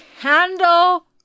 Candle